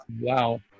Wow